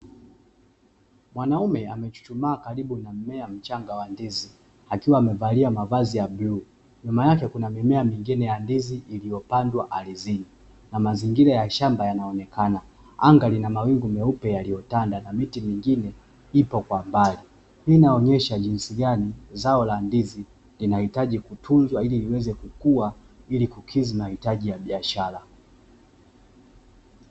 Mwanaume amechuchumaa karibu na mmea mchanga wa ndizi, akiwa amevalia mavazi ya bluu. Nyuma yake kuna mimea mingine ya ndizi iliyopandwa ardhini na mazingira ya shamba yanaonekana. Anga lina mawingu meupe yaliyotanda na miti mingine ipo kwa mbali. Hii inaonyesha jinsi gani zao la ndizi linahitaji kutunzwa, ili liweze kukua ili kukidhi mahitaji ya biashara.